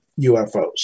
ufos